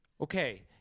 okay